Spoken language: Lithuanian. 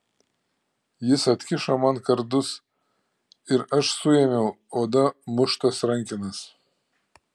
jis atkišo man kardus ir aš suėmiau oda muštas rankenas